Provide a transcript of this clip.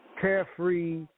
carefree